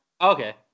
Okay